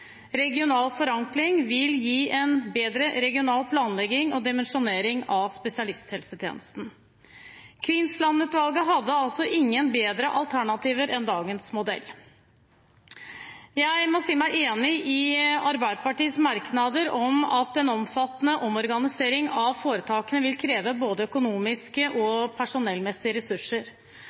Regional forankring vil gi en bedre regional planlegging og dimensjonering av spesialisthelsetjenesten. Kvinnsland-utvalget hadde altså ingen bedre alternativer enn dagens modell. Jeg må si meg enig i Arbeiderpartiets merknader om at en omfattende omorganisering av foretakene vil kreve både økonomiske og personellmessige ressurser,